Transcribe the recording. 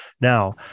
now